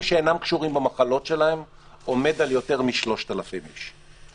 שאינם קשורים במחלות שלהם עומד על יותר מ-3,000 איש.